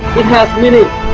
has meaning,